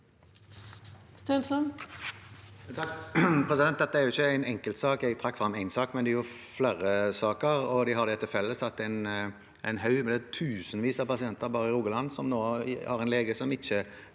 Dette er jo ikke en enkeltsak. Jeg trakk fram én sak, men det er flere saker, og de har det til felles at det er tusenvis av pasienter bare i Rogaland som nå har en lege som ikke